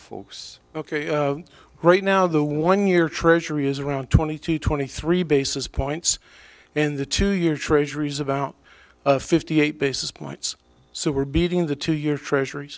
folks ok right now the one year treasury is around twenty two twenty three basis points in the two year treasuries about fifty eight basis points so we're beating the two year treasur